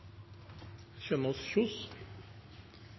Kjønaas Kjos,